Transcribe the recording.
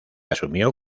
asumió